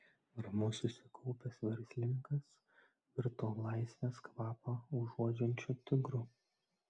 ramus susikaupęs verslininkas virto laisvės kvapą uodžiančiu tigru